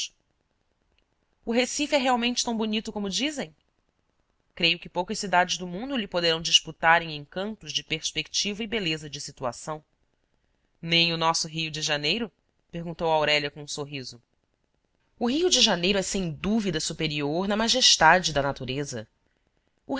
o recife é realmente tão bonito como dizem creio que poucas cidades do mundo lhe poderão disputar em encantos de perspectiva e beleza de situação nem o nosso rio de janeiro perguntou aurélia com um sorriso o rio de janeiro é sem dúvida superior na majestade da natureza